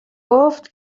گفت